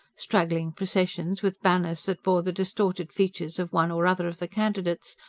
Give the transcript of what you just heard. straggling processions, with banners that bore the distorted features of one or other of the candidates,